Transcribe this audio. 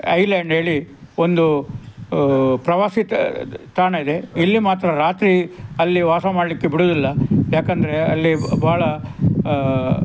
island ಹೇಳಿ ಒಂದು ಪ್ರವಾಸಿ ತ ತಾಣ ಇದೆ ಇಲ್ಲಿ ಮಾತ್ರ ರಾತ್ರಿ ಅಲ್ಲಿ ವಾಸ ಮಾಡಲಿಕ್ಕೆ ಬಿಡುವುದಿಲ್ಲ ಏಕಂದ್ರೆ ಅಲ್ಲಿ ಭಾಳ